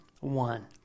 one